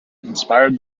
inspired